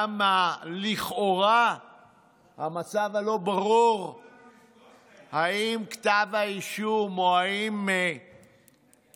גם המצב הלא-ברור לכאורה, האם כתב האישום או ההסכם